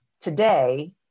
Today